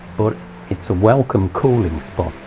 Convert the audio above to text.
but it's a welcome cooling spot,